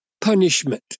punishment